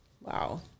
Wow